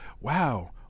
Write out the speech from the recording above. Wow